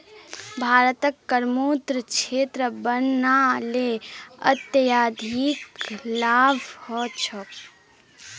भारतक करमुक्त क्षेत्र बना ल अत्यधिक लाभ ह तोक